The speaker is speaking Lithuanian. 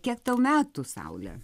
kiek tau metų saule